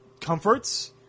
comforts